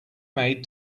maid